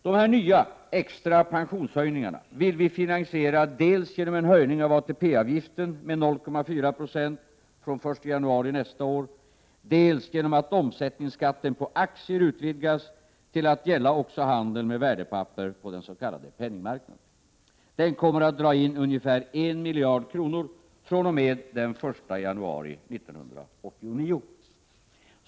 De nya, extra pensionshöjningarna vill vi finansiera dels genom en höjning av ATP-avgiften med 0,4 96 fr.o.m. den 1 januari nästa år, dels genom att omsättningsskatten på aktier utvidgas till att gälla också handeln med värdepapper på den s.k. penningmarknaden. Den kommer att dra in ungefär 1 miljard kronor fr.o.m. den 1 januari 1989.